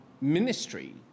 ministry